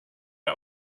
der